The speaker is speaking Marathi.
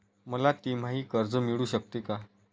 मला तिमाही कर्ज मिळू शकते का?